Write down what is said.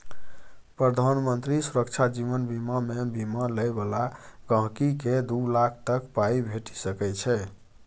प्रधानमंत्री सुरक्षा जीबन बीमामे बीमा लय बला गांहिकीकेँ दु लाख तक पाइ भेटि सकै छै